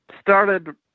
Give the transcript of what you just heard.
started